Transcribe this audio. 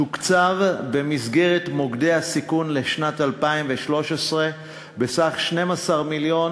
תוקצב במסגרת מוקדי הסיכון לשנת 2013 בסך 12.76 מיליון